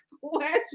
question